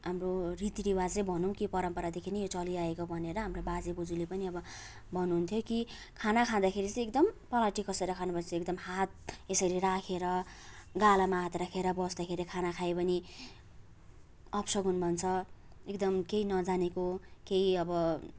हाम्रो रीतिरिवाजै भनौँ के परम्परादेखि नै यो चलिआएको भनेर हाम्रो बाजेबज्यूले पनि अब भन्नुहुन्थ्यो कि खाना खाँदाखेरि चाहिँ एकदम पलेँटी कसेर खानुपर्छ एकदम हात यसरी राखेर गालामा हात राखेर बस्दाखेरि खाना खायो भने अपसगुन मान्छ एकदम केही नजानेको केही अब